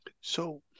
So-